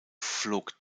flog